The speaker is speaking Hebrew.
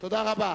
תודה רבה.